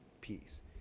peace